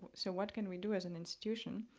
so what can we do as an institution?